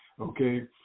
okay